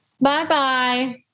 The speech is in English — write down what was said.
Bye-bye